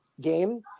game